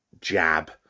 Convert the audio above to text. jab